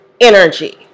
energy